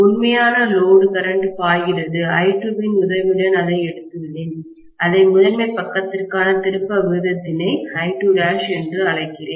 உண்மையான load current பாய்கிறது I2 வின் உதவியுடன் அதை எடுத்துள்ளேன் அதை முதன்மை பக்கத்திற்கான திருப்ப விகிதத்தினை I2' என்று அழைக்கிறேன்